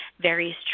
various